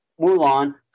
Mulan